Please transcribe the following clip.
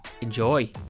enjoy